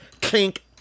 Kink